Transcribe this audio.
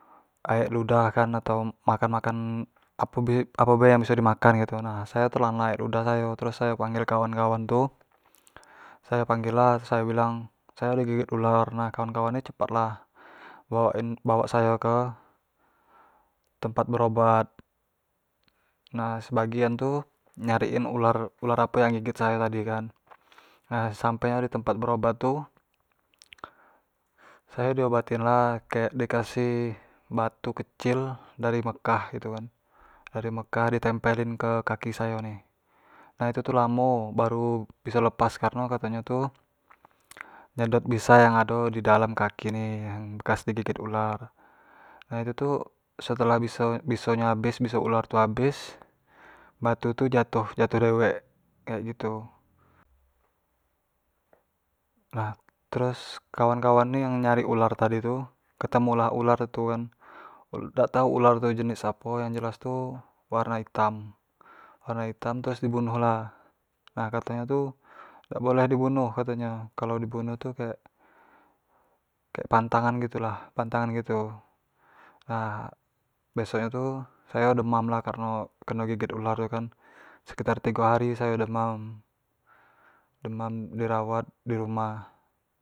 Aek ludah kan, atau makan-makan kek apo be yang biso dimakan gitu nah, sayo telan lah aek ludah sayo, terus sayo panggil kawan-kawan tu, sayo panggil lah, sayo bilang sayo lah di gigit ular, nah kawan-kawan nih cepat lah awank in, bawa sayo ke tempat berobat, nah sebagian tu nyariin ular, ular apo yang gigit sayo tadi kan nah sampai nyo di tempat berobat tu sayo di obatin lah, kek dikasih batu kecil dari mekah gitu kan, dari mekah di tempelin ke kaki sayo ni, nah itu tu lamo baru biso lepas kareno katonyo tu, nyedot bisa yang ado didalam kaki ne, bekas di gigit ular, nah, itu tu, setelah biso. biso ular tu habis, batu tuh jatuh, jatuh dewek kek gitu, nah terus, kawan-kawan ni yang nyari ular tu ketemu lah ular itu tu kan, dak ular tu jenis apo yang jelas ular tu warno itam, terus di bunuh lah, nah katonyo tu, dak boleh di bunuh kato nyo, kalo di bunuh tu kek-kek pantangan gitu, nah besok nyo tu sayo demam lah kareno di gigit ular tu kan, sekitar tigo hari sayo demam, demam, di rawat dirumah.